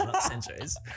centuries